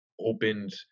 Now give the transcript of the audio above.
opened